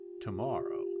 tomorrow